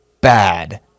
bad